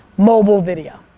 mobile video.